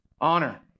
honor